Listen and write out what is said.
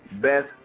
best